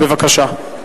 בבקשה.